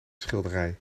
schilderij